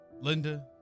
Linda